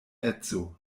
edzo